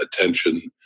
attention